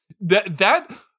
that—that